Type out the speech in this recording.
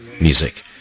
music